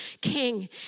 King